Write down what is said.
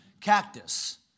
cactus